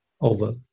over